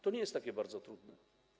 To nie jest tak bardzo trudne.